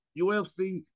UFC